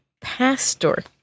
pastor